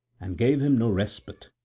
and gave him no respite.